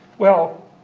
well,